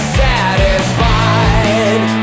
satisfied